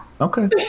Okay